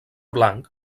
blanc